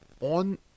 on